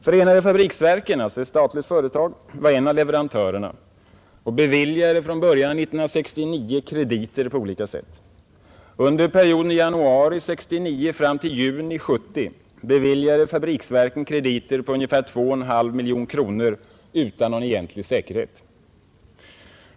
Förenade fabriksverken — alltså ett statligt företag — var en av leverantörerna och beviljade från början av 1969 krediter på olika sätt. Under perioden januari 1969 fram till juni 1970 beviljade Fabriksverken krediter på ungefär 2,5 miljoner kronor utan någon egentlig säkerhet.